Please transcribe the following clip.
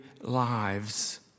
lives